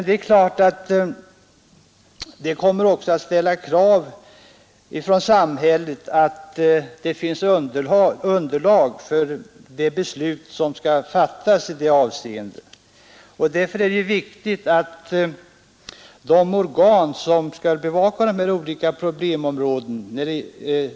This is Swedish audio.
Detta kommer också att ställa ökade krav på underlag för de beslut som skall fattas. Det är viktigt även för de organ som skall bevaka de här olika problemområdena.